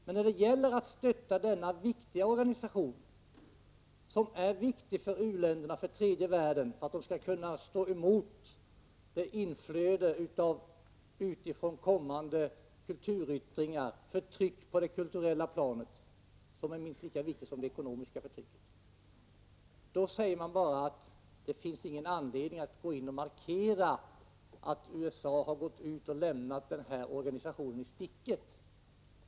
Men när det gäller att stötta denna organisation som är viktig för u-länderna i tredje världen, för att de skall kunna stå emot flödet av utifrån kommande kulturyttringar — förtryck på det kulturella planet, som är minst lika betydelsefullt som det ekonomiska förtrycket — då säger man bara att det inte finns någon anledning att gå in och markera att USA har lämnat den här organisationen i sticket.